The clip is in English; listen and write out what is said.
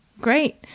great